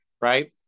right